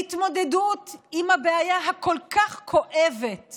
להתמודדות עם הבעיה הכל-כך כואבת